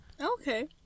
okay